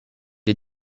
est